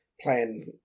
playing